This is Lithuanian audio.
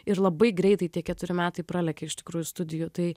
ir labai greitai tie keturi metai pralekia iš tikrųjų studijų tai